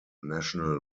national